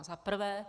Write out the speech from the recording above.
Za prvé.